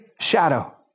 shadow